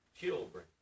children